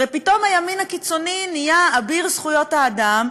הרי פתאום הימין הקיצוני נהיה אביר זכויות האדם,